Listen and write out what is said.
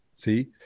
See